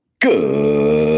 Good